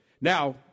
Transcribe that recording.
Now